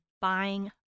buying